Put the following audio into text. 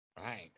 Right